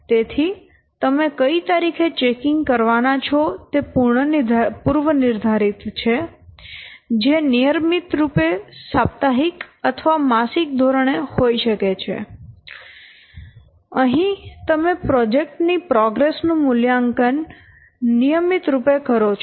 તેથી તમે કઈ તારીખે ચેકિંગ કરવાના છો તે પૂર્વનિર્ધારિત છે જે નિયમિતરૂપે સાપ્તાહિક અથવા માસિક ધોરણે હોઈ શકે છે અહીં તમે પ્રોજેક્ટ ની પ્રોગ્રેસ નું મૂલ્યાંકન નિયમિતરૂપે કરો છો